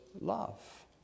love